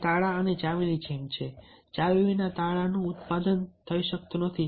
તે તાળા અને ચાવીની જેમ જ છે ચાવી વિના તાળાઓનું ઉત્પાદન થઈ શકતું નથી